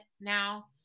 now